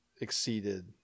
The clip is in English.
exceeded